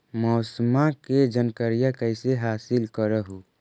मौसमा के जनकरिया कैसे हासिल कर हू?